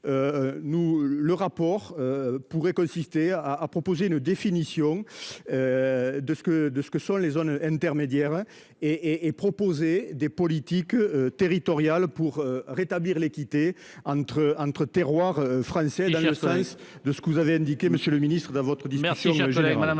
le rapport. Pourrait consister à à proposer une définition. De ce que, de ce que sont les zones intermédiaires et et proposer des politiques. Territoriales pour rétablir l'équité entre entre terroir français dans le sens de ce que vous avez indiqué, Monsieur le Ministre d'un vote. Oh dis merci